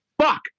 fuck